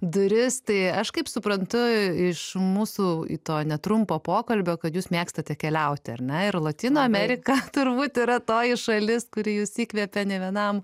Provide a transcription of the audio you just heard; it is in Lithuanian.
duris tai aš kaip suprantu iš mūsų i to netrumpo pokalbio kad jūs mėgstate keliauti ar ne ir lotynų amerika turbūt yra toji šalis kuri jus įkvėpė ne vienam